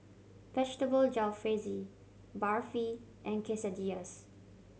Vegetable Jalfrezi Barfi and Quesadillas